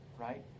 right